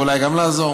ואולי גם לעזור.